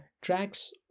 tracks